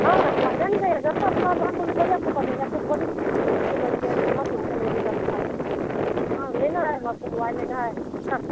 हाँ हाँ पसंद है अगर तो अपना नॉन कॉलिंग सभी आपको पसंद है आपको कॉलिंग चलिए समझ गए नम्बर से भी कम लीजिएगा कम है हाँ लेना है हम आपको मोबाइल लेना है हाँ